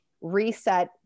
reset